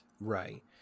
Right